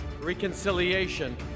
reconciliation